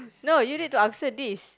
no you need to answer this